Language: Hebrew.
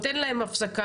אין להם הפסקה.